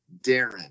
Darren